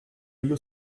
you